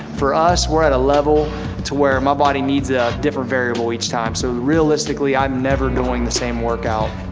for us, we're at a level to where my body needs a different variable each time so realistically i'm never doing the same workout,